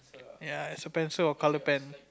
ya it's a pencil or colour pen